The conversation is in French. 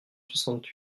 soixante